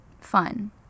fun